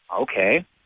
Okay